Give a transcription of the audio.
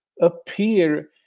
appear